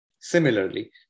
Similarly